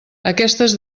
aquestes